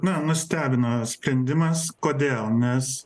na nustebino sprendimas kodėl nes